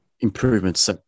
improvements